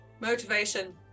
Motivation